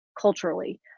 culturally